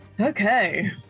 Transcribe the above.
okay